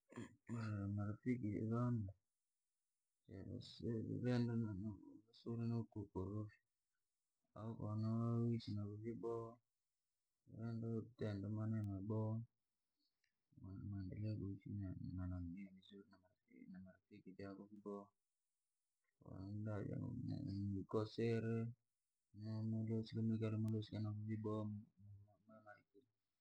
Marafiki vane, sivaenda ukorofi, kowaishi novo vyaboha mukaendelea kuishi ko wavokosire ukalusika no vo vyaboha.